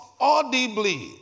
audibly